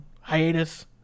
hiatus